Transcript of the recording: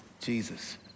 Jesus